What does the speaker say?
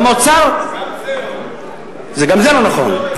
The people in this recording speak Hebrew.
גם זה לא נכון,